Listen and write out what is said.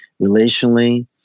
relationally